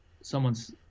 someone's